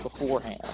beforehand